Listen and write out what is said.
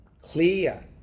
clear